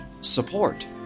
support